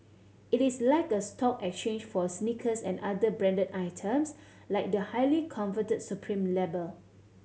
it is like a stock exchange for sneakers and other branded items like the highly coveted Supreme label